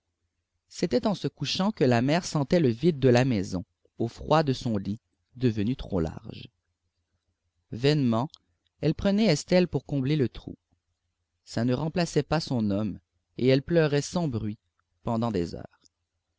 en se couchant que la mère sentait le vide de la maison au froid de son lit devenu trop large vainement elle prenait estelle pour combler le trou ça ne remplaçait pas son homme et elle pleurait sans bruit pendant des heures